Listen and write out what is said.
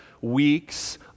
weeks